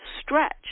stretch